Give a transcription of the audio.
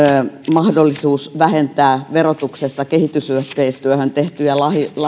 mahdollisuus vähentää verotuksessa kehitysyhteistyöhön tehtyjä